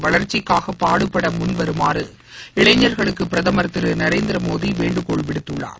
வளர்ச்சிக்காக பாடுபட முன்வருமாறு இளைஞர்களுக்கு பிரதமர் திரு நரேந்திரமோடி வேண்டுகோள் விடுத்துள்ளார்